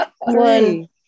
one